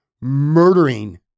murdering